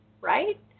right